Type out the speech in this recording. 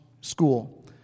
school